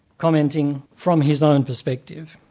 commenting from his own perspective,